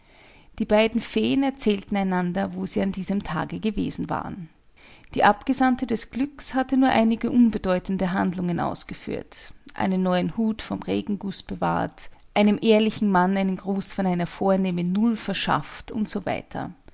die beiden feen erzählten einander wo sie an diesem tage gewesen waren die abgesandte des glückes hatte nur einige unbedeutende handlungen ausgeführt einen neuen hut vorm regenguß bewahrt einem ehrlichen mann einen gruß von einer vornehmen null verschafft u s